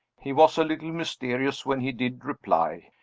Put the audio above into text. he was a little mysterious when he did reply.